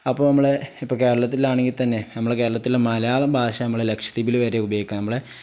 അപ്പം നമ്മളെ ഇപ്പം കേരളത്തിലാണെങ്കിൽ തന്നെ നമ്മളെ കേരളത്തിലെ മലയാളം ഭാഷ നമ്മളെ ലക്ഷദീപിൽ വരെ ഉപയോഗിക്കാൻ നമ്മളെ